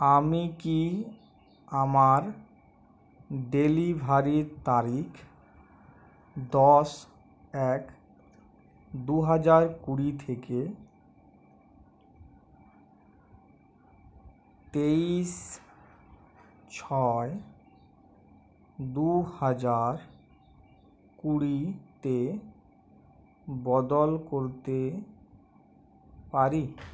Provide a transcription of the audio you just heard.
আমি কি আমার ডেলিভারির তারিখ দশ এক দু হাজার কুড়ি থেকে তেইশ ছয় দু হাজার কুড়িতে বদল করতে পারি